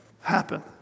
happen